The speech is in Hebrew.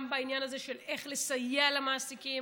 גם בעניין הזה של איך לסייע למעסיקים.